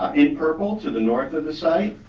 in purple, to the north of the site,